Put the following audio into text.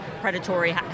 predatory